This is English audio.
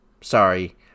Sorry